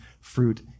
fruit